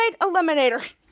Eliminator